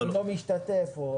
לא משתתף?